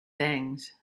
things